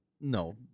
no